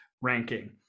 ranking